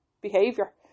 behavior